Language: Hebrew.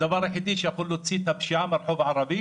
הדבר היחידי שיכול להוציא את הפשיעה מהרחוב הערבי